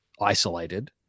isolated